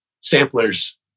samplers